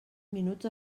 minuts